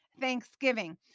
thanksgiving